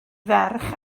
ferch